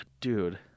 Dude